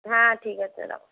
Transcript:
হ্যাঁ ঠিক আছে রাখো